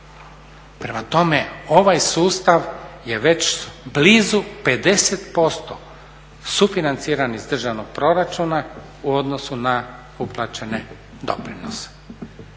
Prema tome ovaj sustav je već blizu 50% sufinanciran iz državnog proračuna u odnosu na uplaćene doprinose.